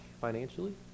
financially